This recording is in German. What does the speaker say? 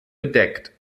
bedeckt